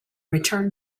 return